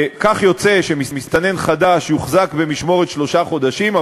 כך יוצא שמסתנן חדש יוחזק במשמורת שלושה חודשים,